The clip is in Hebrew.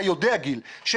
אתה יודע שיש